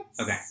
Okay